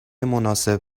مناسب